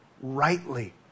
rightly